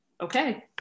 okay